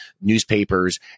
newspapers